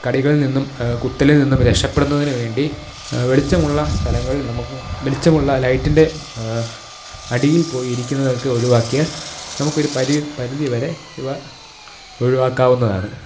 കടികളില്നിന്നും കുത്തലില്നിന്നും രക്ഷപ്പെടുന്നതിന് വേണ്ടി വെളിച്ചമുള്ള സ്ഥലങ്ങളില് നമുക്ക് വെളിച്ചമുള്ള ലൈറ്റിന്റെ അടിയില് പോയി ഇരിക്കുന്നതൊക്കെ ഒഴിവാക്കിയാല് നമുക്കൊരു പരിധിവരെ ഇവ ഒഴിവാക്കാവുന്നതാണ്